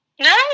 No